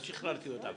אז שחררתי אותם.